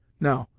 now,